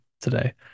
today